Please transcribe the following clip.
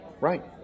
Right